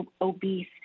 obese